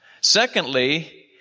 Secondly